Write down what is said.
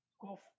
go